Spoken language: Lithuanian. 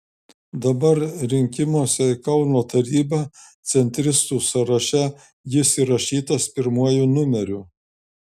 dabar rinkimuose į kauno tarybą centristų sąraše jis įrašytas pirmuoju numeriu